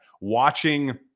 watching